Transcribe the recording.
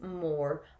more